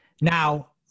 Now